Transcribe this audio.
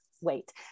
wait